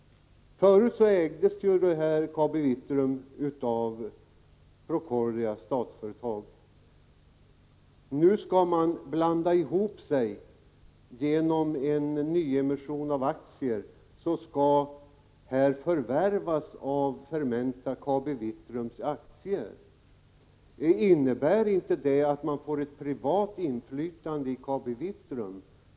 Förut ägdes ju KabiVitrum av Procordia — dvs. Statsföretag. Nu skall man blanda ihop sig. Genom en nyemission av aktier skall således Fermenta förvärva KabiVitrums aktier. Innebär inte det att man får ett privat inflytande i KabiVitrum?